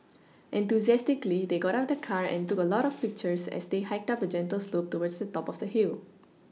enthusiastically they got out of the car and took a lot of pictures as they hiked up a gentle slope towards the top of the hill